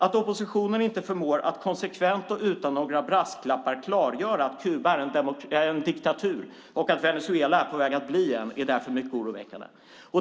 Att oppositionen inte förmår att konsekvent och utan några brasklappar klargöra att Kuba är en diktatur och att Venezuela är på väg att bli en är därför mycket oroväckande.